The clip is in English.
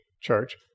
church